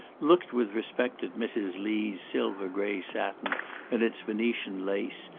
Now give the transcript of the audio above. looked with respect at mrs. lee's silver-gray satin and its venetian lace,